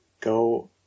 go